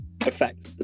effect